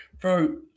Bro